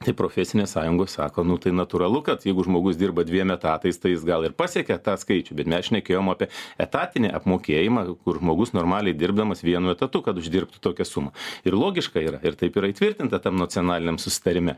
taip profesinės sąjungos sako nu tai natūralu kad jeigu žmogus dirba dviem etatais tai jis gal ir pasiekė tą skaičių bet mes šnekėjom apie etatinį apmokėjimą kur žmogus normaliai dirbdamas vienu etatu kad uždirbtų tokią sumą ir logiška yra ir taip yra įtvirtinta tam nacionaliniam susitarime